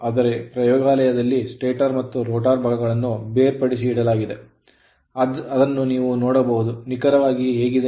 ಆದರೆ ಪ್ರಯೋಗಾಲಯದಲ್ಲಿ stator ಮತ್ತು rotor ಭಾಗಗಳನ್ನು ಬೇರ್ಪಡಿಸಲಾಗುತ್ತದೆ ಮತ್ತು ಇಡಲಾಗುತ್ತದೆ ಆದ್ದರಿಂದ ನೀವು ನೋಡಬಹುದು ನಿಖರವಾಗಿ ಅದು ಹೇಗಿದೆ